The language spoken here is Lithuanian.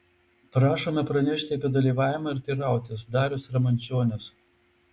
prašome pranešti apie dalyvavimą ir teirautis darius ramančionis